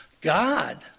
God